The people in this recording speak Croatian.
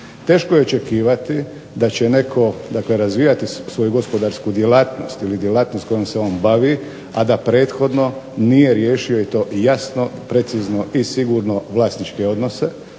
Teško je očekivati da će netko, dakle razvijati svoju gospodarsku djelatnost ili djelatnost kojom se on bavi a da prethodno nije riješio i to jasno, precizno i sigurno vlasničke odnose